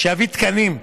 שיביא תקנים.